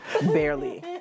Barely